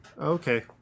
okay